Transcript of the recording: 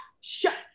shut